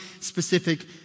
specific